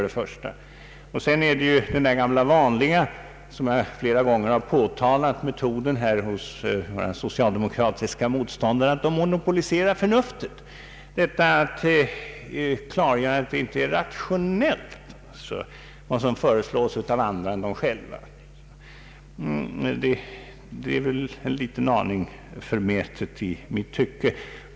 Dessutom visar sig här den gamla vanliga metoden hos våra socialdemokratiska motståndare — som jag flera gånger pekat på — att de monopoliserar förnuftet. Att säga att vad som föreslås av andra inte är rationellt, det är enligt min mening en smula förmätet.